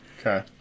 Okay